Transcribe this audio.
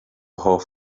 hoff